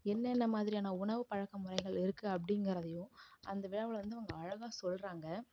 என்னென்ன மாதிரியான உணவு பழக்கம் முறைகள் இருக்குது அப்படிங்கிறதையும் அந்த விழாவில் வந்து அவங்க அழகாக சொல்லுறாங்க